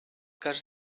cas